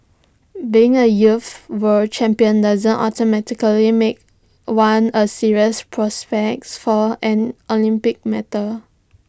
being A youth world champion doesn't automatically make one A serious prospect for an Olympic medal